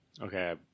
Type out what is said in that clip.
Okay